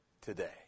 today